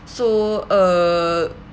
so uh